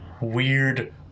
weird